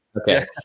okay